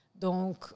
Donc